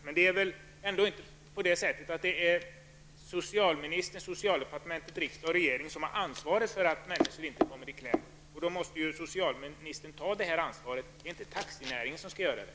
Men det är väl ändå på det sättet att det är socialministern, socialdepartementet, riksdag och regering som har ansvaret för att människor inte kommer i kläm, och då måste ju socialministern ta det ansvaret -- det är inte taxinäringen som skall göra det.